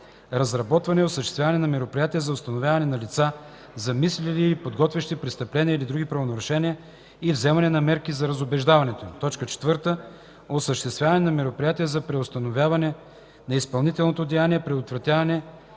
разработване и осъществяване на мероприятия за установяване на лица, замислили или подготвящи престъпления или други правонарушения, и вземане на мерки за разубеждаването им; 4. осъществяване на мероприятия за преустановяване на изпълнителното деяние, предотвратяване